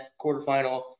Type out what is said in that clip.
quarterfinal